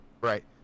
Right